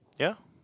ya